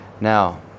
now